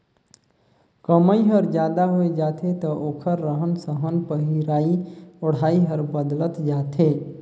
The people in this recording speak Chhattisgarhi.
कमई हर जादा होय जाथे त ओखर रहन सहन पहिराई ओढ़ाई हर बदलत जाथे